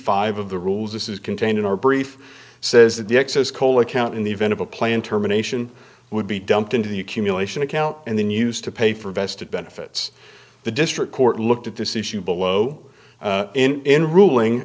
five of the rules this is contained in our brief says that the excess cola count in the event of a plan terminations would be dumped into the accumulation account and then used to pay for vested benefits the district court looked at this issue below in ruling